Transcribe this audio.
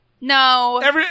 No